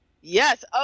Yes